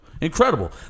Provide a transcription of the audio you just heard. Incredible